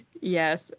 Yes